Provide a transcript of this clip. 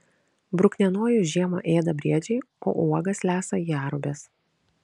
bruknienojus žiemą ėda briedžiai o uogas lesa jerubės